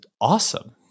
awesome